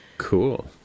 Cool